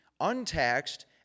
untaxed